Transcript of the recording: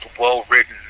well-written